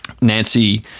Nancy